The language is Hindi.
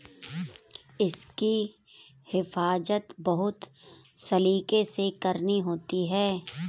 इसकी हिफाज़त बहुत सलीके से करनी होती है